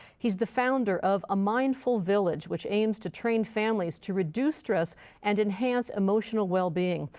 he's the founder of a mindful village which aims to train families to reduce stress and enhance emotional well-being.